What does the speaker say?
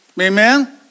Amen